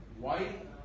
white